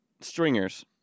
Stringers